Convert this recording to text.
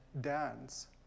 dance